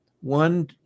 one